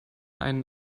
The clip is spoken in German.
einen